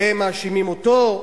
והם מאשימים אותו.